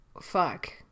fuck